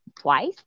twice